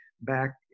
back